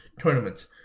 tournaments